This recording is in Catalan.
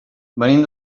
venim